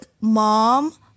mom